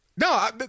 No